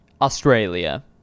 Australia